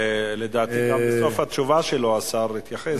לדעתי גם בסוף התשובה שלו השר יתייחס.